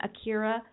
Akira